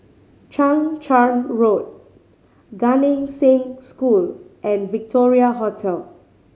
Chang Charn Road Gan Eng Seng School and Victoria Hotel